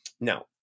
Now